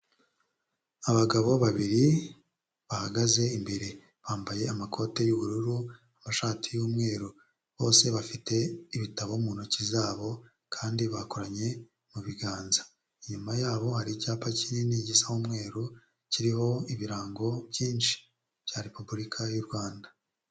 Abagabo babiri bahagaze imbere bambaye amakoti y'ubururu amashati y'umweru, bose bafite ibitabo mu ntoki zabo kandi bakoranye mu biganza, inyuma yabo hari icyapa kinini gisa umweru kiriho ibirango byinshi bya repubulika y'u Rwanda.